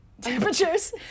temperatures